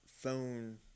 phone